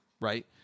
Right